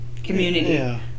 community